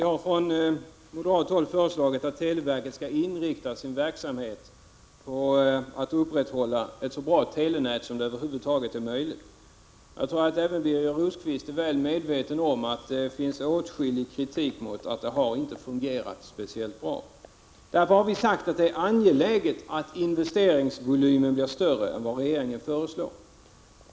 Herr talman! Vi moderater har föreslagit att televerket skall inrikta sin verksamhet på att upprätthålla ett så bra telenät som det över huvud taget är möjligt. Jag tror att även Birger Rosqvist är väl medveten om att det har framförts åtskillig kritik mot att det inte har fungerat speciellt bra. Därför har vi sagt att det är angeläget att investeringsvolymen blir större än vad regeringen föreslår.